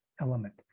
element